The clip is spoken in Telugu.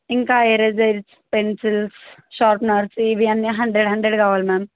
ఇంకా ఎరేజర్స్ పెన్సిల్స్ షార్ప్నెర్స్ ఇవి అన్నీ హండ్రెడ్ హండ్రెడ్ కావాలి మ్యామ్